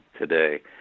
today